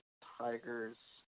Tigers